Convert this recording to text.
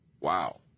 Wow